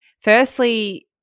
Firstly